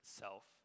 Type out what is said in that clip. self